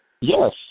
Yes